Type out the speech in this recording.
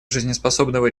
жизнеспособного